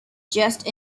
just